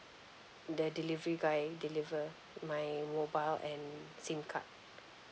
the delivery guy deliver my mobile and SIM card